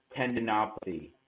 tendinopathy